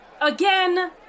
Again